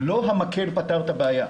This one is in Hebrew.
לא המקל פתר את הבעיה.